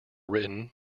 written